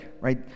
right